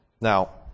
Now